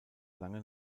lange